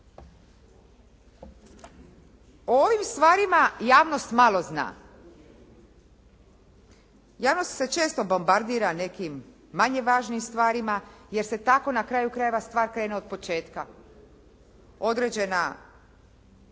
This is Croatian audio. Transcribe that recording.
O ovim stvarima javnost malo zna. Javnost se često bombardira nekim manje važnim stvarima, jer se tako na kraju krajeva stvar krene od početka, određena.